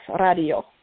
Radio